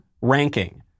ranking